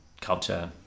culture